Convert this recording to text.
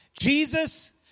Jesus